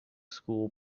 school